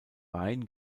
wein